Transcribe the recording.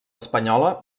espanyola